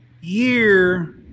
year